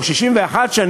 או 61 שנים,